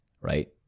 right